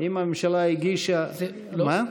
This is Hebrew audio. אם הממשלה הגישה, מה?